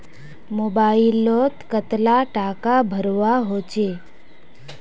Mobile लोत कतला टाका भरवा होचे?